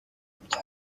بودن